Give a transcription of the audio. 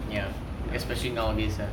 ya especially nowadays ah